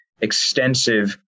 extensive